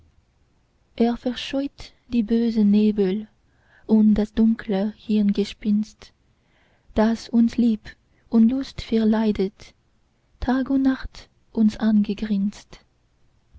er verscheucht die bösen nebel und das dunkle hirngespinst das uns lieb und lust verleidet tag und nacht uns angegrinst